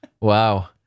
Wow